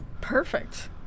perfect